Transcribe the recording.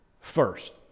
first